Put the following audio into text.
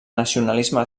nacionalisme